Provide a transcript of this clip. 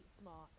smart